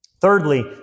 Thirdly